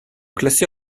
classées